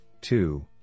two